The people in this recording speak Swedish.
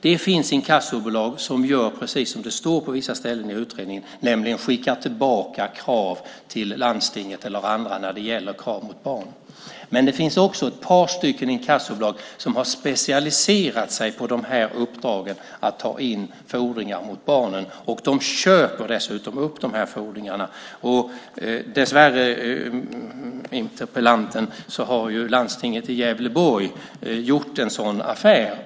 Det finns inkassobolag som gör precis som det står på vissa ställen i utredningen, nämligen skickar tillbaka krav till landstinget eller andra när det gäller krav mot barn. Det finns också ett par inkassobolag som har specialiserat sig på uppdragen att ta in fordringar mot barn. De köper dessutom upp fordringarna. Dessvärre, interpellanten, har Landstinget i Gävleborg gjort en sådan affär.